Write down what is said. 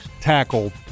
tackle